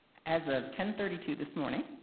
as of ten thirty two this morning,